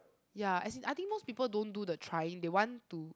ya as in I think most people don't do the trying they want to